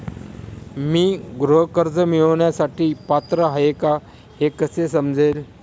मी गृह कर्ज मिळवण्यासाठी पात्र आहे का हे कसे समजेल?